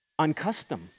Uncustom